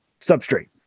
substrate